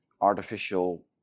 artificial